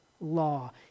law